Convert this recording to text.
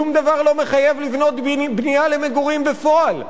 שום דבר לא מחייב לבנות בנייה למגורים בפועל.